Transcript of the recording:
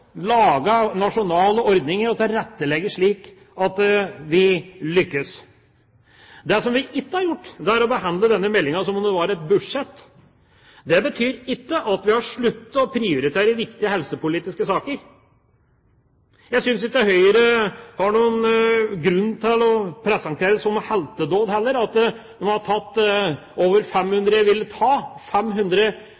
lage nasjonale ordninger og tilrettelegge slik at vi lykkes. Det som vi ikke har gjort, er å behandle denne meldinga som om den var et budsjett. Det betyr ikke at vi har sluttet å prioritere viktige helsepolitiske saker. Jeg synes heller ikke Høyre har noen grunn til å presentere som en heltedåd at de har villet ta over